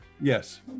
Yes